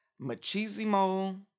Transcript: machismo